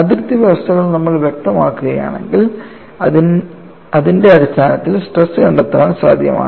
അതിർത്തി വ്യവസ്ഥകൾ നമ്മൾ വ്യക്തമാക്കുകയാണെങ്കിൽ അതിന്റെ അടിസ്ഥാനത്തിൽ സ്ട്രെസ് കണ്ടെത്താൻ സാധ്യമാണ്